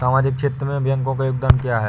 सामाजिक क्षेत्र में बैंकों का योगदान क्या है?